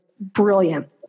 brilliant